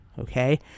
Okay